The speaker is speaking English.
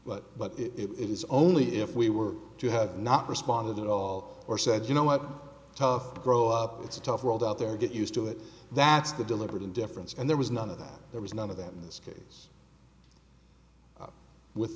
but it is only if we were to have not responded at all or said you know what tough grow up it's a tough world out there get used to it that's the deliberate indifference and there was none of that there was none of that in this case with